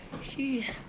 jeez